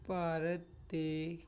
ਭਾਰਤ 'ਤੇ